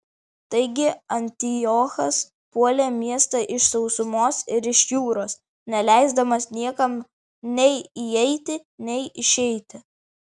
taigi antiochas puolė miestą iš sausumos ir iš jūros neleisdamas niekam nei įeiti nei išeiti